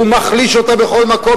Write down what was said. הוא מחליש אותה בכל מקום,